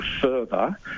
further